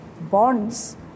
bonds